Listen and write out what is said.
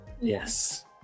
yes